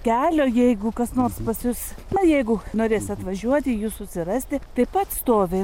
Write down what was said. kelio jeigu kas nors pas jus na jeigu norės atvažiuoti jus susirasti taip pat stovi